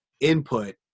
input